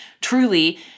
truly